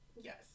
Yes